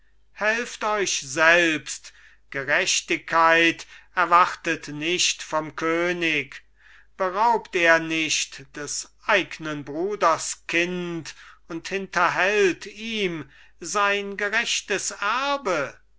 helft euch selbst gerechtigkeit erwartet nicht vom könig beraubt er nicht des eignen bruders kind und hinterhält ihm sein gerechtes erbe